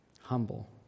Humble